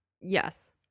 Yes